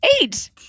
Eight